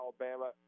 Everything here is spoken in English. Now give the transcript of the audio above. Alabama